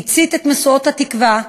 הצית את משואת התקווה,